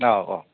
औ औ